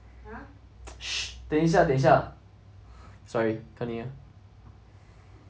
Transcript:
shh 等一下等一下 sorry continue